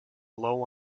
low